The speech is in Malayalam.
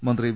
മന്ത്രി വി